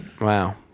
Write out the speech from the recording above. Wow